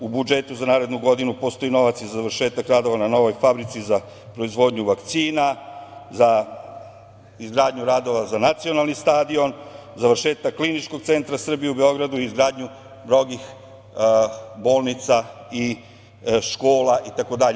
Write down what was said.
U budžetu za narednu godinu postoji novac i za završetak radova na novoj fabrici za proizvodnju vakcina, za izgradnju radova za Nacionalni stadion, završetak Kliničkog centra Srbije u Beogradu i izgradnju mnogih bolnica i škola itd.